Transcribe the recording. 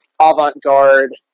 avant-garde